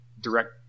direct